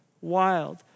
wild